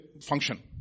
function